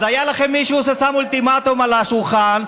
אז היה לכם מישהו ששם אולטימטום על השולחן,